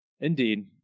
indeed